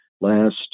last